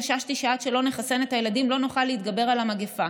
חששתי שעד שלא נחסן את הילדים לא נוכל להתגבר על המגפה.